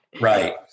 right